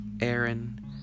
Aaron